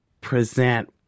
present